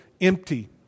empty